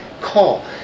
call